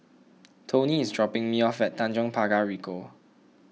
Tony is dropping me off at Tanjong Pagar Ricoh